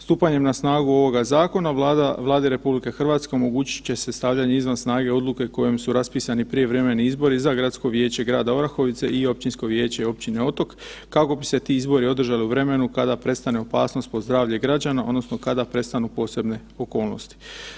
Stupanjem na snagu ovoga Zakona Vlada, Vladi RH omogućit će se stavljanje izvan snage odluke kojom su raspisani prijevremeni izbori za Gradsko vijeće grada Orahovica i Općinsko vijeće općine Otok, kako bi se ti izbori održali u vremenu kada prestane opasnost po zdravlje građana odnosno kada prestanu posebne okolnosti.